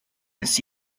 this